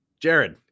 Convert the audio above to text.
Jared